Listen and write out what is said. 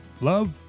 Love